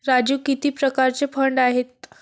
राजू किती प्रकारचे फंड आहेत?